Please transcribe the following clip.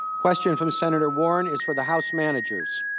question from senator warren is for the house managers.